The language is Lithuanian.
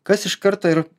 kas iš karto ir